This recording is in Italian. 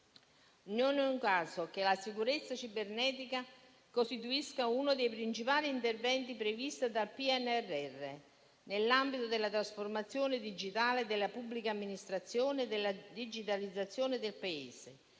Non è un caso che la sicurezza cibernetica costituisca uno dei principali interventi previsti dal PNRR nell'ambito della trasformazione digitale della pubblica amministrazione e della digitalizzazione del Paese.